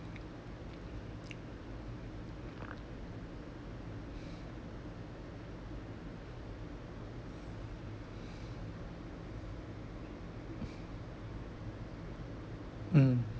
mm